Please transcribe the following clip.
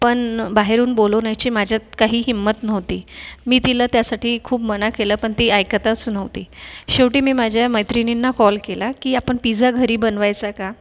पण बाहेरून बोलवण्याची माझ्यात काही हिम्मत नव्हती मी तिला त्यासाठी खूप मना केलं पण ती ऐकतच नव्हती शेवटी मी माझ्या मैत्रिणींना कॉल केला की आपण पिझ्झा घरी बनवायचा का